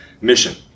mission